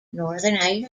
northern